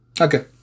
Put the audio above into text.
Okay